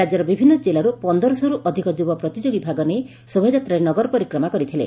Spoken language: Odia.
ରାଜ୍ୟର ବିଭିନ୍ନ କିଲ୍ଲାରୁ ପନ୍ଦରଶହରୁ ଅଧିକ ଯୁବ ପ୍ରତିଯୋଗୀ ଭାଗ ନେଇ ଶୋଭାଯାତ୍ରାରେ ନଗର ପରିକ୍ରମା କରିଥିଲେ